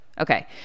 Okay